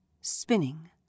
spinning